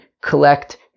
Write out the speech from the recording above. collect